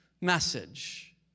message